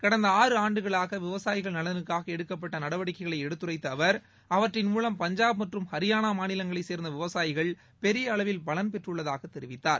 கடந்த ஆறு ஆண்டுகளாக விவசாயிகள் நலனுக்காக எடுக்கப்பட்ட நடவடிக்கைகளை எடுத்துரைத்த அவர் அவற்றின் மூலம் பஞ்சாப் மற்றும் ஹரியானா மாநிலங்களைச் சேர்ந்த விவசாயிகள் பெரிய அளவில் பலன் பெற்றுள்ளதாக தெரிவித்தார்